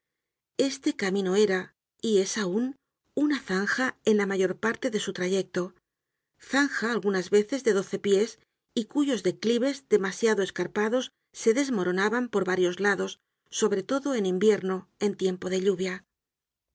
este camino era y es aun una zanja en la mayor parte de su trayecto zanja algunas veces de doce pies y cuyos declives demasiado escarpados se desmoronaban por varios lados sobre todo en invierno en tiempo de lluvia